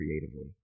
creatively